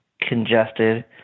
congested